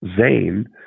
Zane